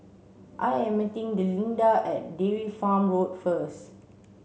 I am meeting Delinda at Dairy Farm Road first